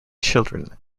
children